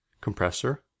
compressor